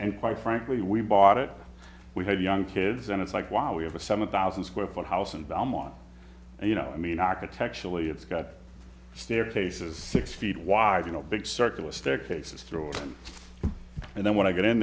and quite frankly we bought it we had young kids and it's like wow we have a seven thousand square foot house in belmont and you know i mean architecturally it's got staircases six feet wide you know big circular staircases through and and then when i get in